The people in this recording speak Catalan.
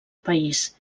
país